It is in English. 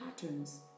patterns